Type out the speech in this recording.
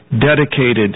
dedicated